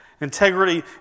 Integrity